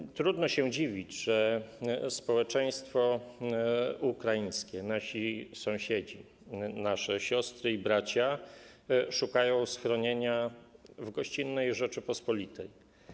I trudno się dziwić, że społeczeństwo ukraińskie, nasi sąsiedzi, nasze siostry i nasi bracia szukają schronienia w gościnnej Rzeczypospolitej.